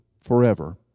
forever